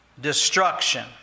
destruction